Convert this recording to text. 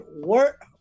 work